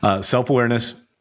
self-awareness